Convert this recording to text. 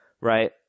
right